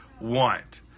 want